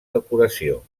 decoració